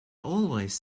always